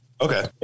Okay